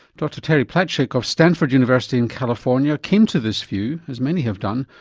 dr terry platchek of stanford university in california came to this view, as many have done,